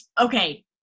Okay